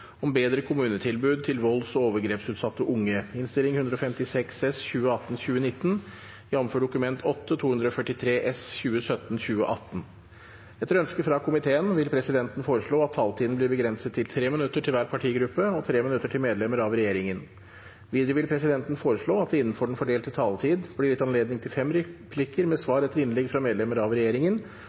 om ordet til sakene nr. 2 og 3. Etter ønske fra helse- og omsorgskomiteen vil presidenten foreslå at taletiden blir begrenset til 3 minutter til hver partigruppe og 3 minutter til medlemmer av regjeringen. Videre vil presidenten foreslå at det – innenfor den fordelte taletid – blir gitt anledning til fem replikker med svar etter innlegg fra medlemmer av